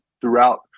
throughout